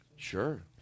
Sure